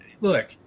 look